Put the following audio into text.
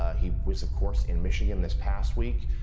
ah he was, of course, in michigan this past week.